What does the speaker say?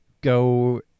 go